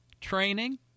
training